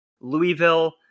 Louisville